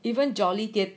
even jolly 跌